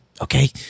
Okay